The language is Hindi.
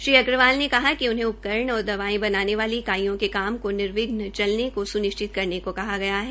श्री अग्रवाल ने कहा कि उन्हें उपकरण और दवायें बनाने वाली इकाड्रयों के काम को निविध्न चलने को स्निश्चित करने को कहा गया है